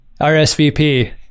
rsvp